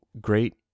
great